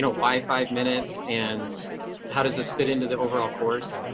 why. five minutes. and how does this fit into the overall course.